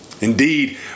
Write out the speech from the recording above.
Indeed